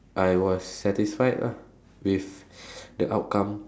I was satisfied ah with the outcome